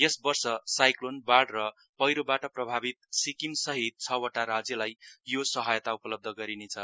यस वर्ष साइक्लोनबाड र पौरोबाट प्रभावित सिक्किमसहित छहवटा राज्यलाई यो सहयता उपलब्ध गरिनेछ